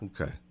Okay